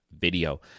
video